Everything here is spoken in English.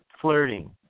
flirting